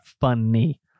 funny